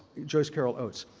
joyce carol oates.